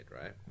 right